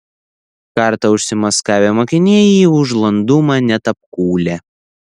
kartą užsimaskavę mokiniai jį už landumą net apkūlę